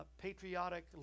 patriotic